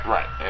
Right